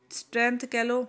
strength ਕਹਿ ਲਉ